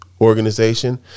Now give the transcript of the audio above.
Organization